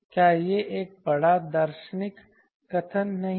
क्या यह एक बड़ा दार्शनिक कथन नहीं है